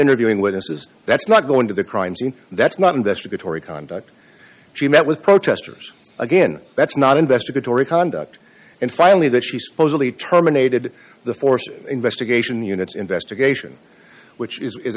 interviewing witnesses that's not going to the crime scene that's not investigatory conduct she met with protesters again that's not investigatory conduct and finally that she supposedly terminated the forced investigation units investigation which is